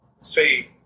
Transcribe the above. say